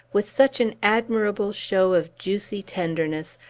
with such an admirable show of juicy tenderness,